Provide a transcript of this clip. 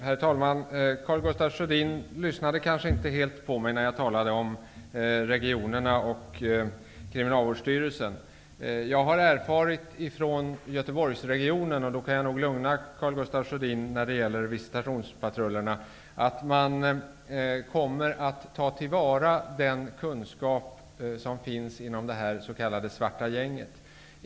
Herr talman! Karl Gustaf Sjödin lyssnade kanske inte helt på mig när jag talade om regionerna och Från Göteborgsregionen har jag erfarit -- jag kan nog lugna Karl Gustaf Sjödin när det gäller visitationspatrullerna -- att man kommer att ta till vara den kunskap som finns inom det s.k. Svarta gänget.